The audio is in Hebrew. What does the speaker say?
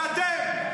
זה אתם.